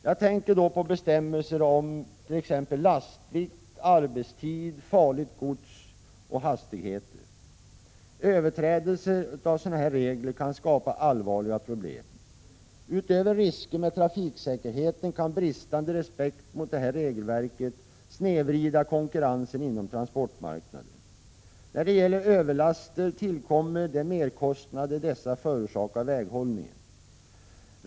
Jag tänker då på bestämmelser om t.ex. lastvikt, arbetstid, farligt gods och hastigheter. Överträdelser av sådana regler kan skapa allvarliga problem. Utöver risker med trafiksäkerheten kan bristande respekt mot detta regelverk snedvrida konkurrensen inom transportmarknaden. När det gäller överlaster tillkommer de merkostnader dessa förorsakar väghållningen.